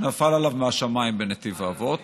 שנפל עליו מהשמיים בנתיב האבות.